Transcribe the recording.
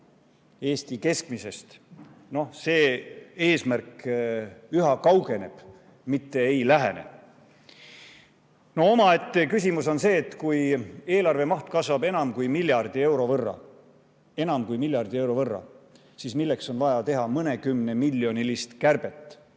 Eesti keskmisest, üha kaugeneb, mitte ei lähene. Omaette küsimus on see, et kui eelarve maht kasvab enam kui miljardi euro võrra – enam kui miljardi euro võrra! –, siis milleks on vaja teha mõnekümnemiljonilist kärbet.